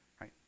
right